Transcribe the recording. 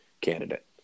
candidate